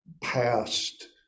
past